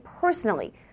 personally